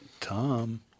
Tom